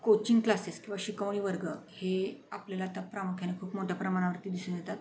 coaching classes किंवा शिकवणी वर्ग हे आपल्याला आता प्रामुख्याने खूप मोठ्या प्रमाणावरती दिसून येतात